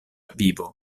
vivo